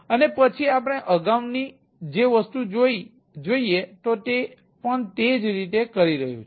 અને પછી આપણે અગાઉની જે વસ્તુ જોઈએ તો તે પણ તે જ કરી રહ્યું છે